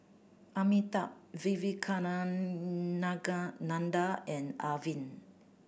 Amitabh and Arvind